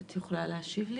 את יכולה להשיב לי?